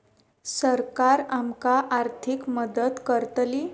सरकार आमका आर्थिक मदत करतली?